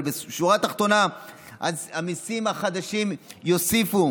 אבל בשורה התחתונה המיסים החדשים יוסיפו